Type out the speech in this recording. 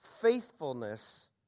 faithfulness